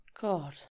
God